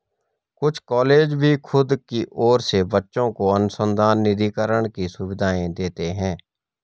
कुछ कॉलेज भी खुद की ओर से बच्चों को अनुसंधान निधिकरण की सुविधाएं देते हैं